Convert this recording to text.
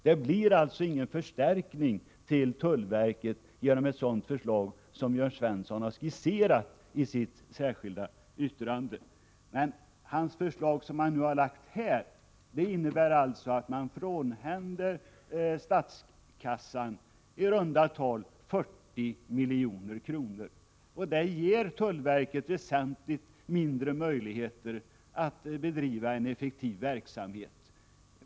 Det blir alltså ingen förstärkning till tullverket genom ett sådant förslag som Jörn Svensson har skisserat i sitt särskilda yttrande. Det förslag som Jörn Svensson har framställt under överläggningen innebär att man frånhänder statskassan i runt tal 40 milj.kr. Det ger tullverket väsentligt mindre möjligheter att bedriva en effektiv verksamhet.